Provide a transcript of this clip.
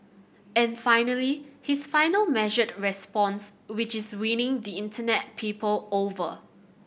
and finally his final measured response which is winning the Internet people over